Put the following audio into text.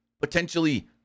potentially